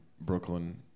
Brooklyn